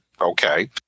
okay